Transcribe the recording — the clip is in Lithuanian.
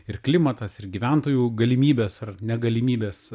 ir klimatas ir gyventojų galimybės ar negalimybės